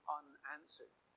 unanswered